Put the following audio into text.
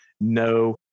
No